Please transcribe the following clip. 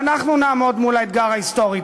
ואנחנו נעמוד מול האתגר ההיסטורי.